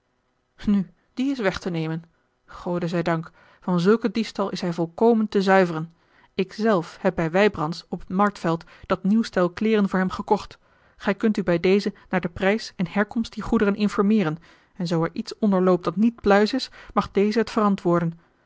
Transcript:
u nu die is weg te nemen gode zij dank van zulken diefstal is hij volkomen te zuiveren ik zelf heb bij wijbrandsz op het marktveld dat nieuw stel kleeren voor hem gekocht gij kunt u bij dezen naar den prijs en herkomst dier goederen informeeren en zoo er iets onder loopt dat niet pluis is mag deze het verantwoorden